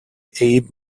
abe